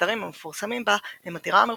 שהאתרים המפורסמים בה הם הטירה המלכותית,